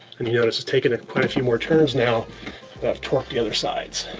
and you notice it's taking quite a few more turns now that i've torqued the other sides.